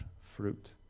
fruit